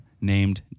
named